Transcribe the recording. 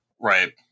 Right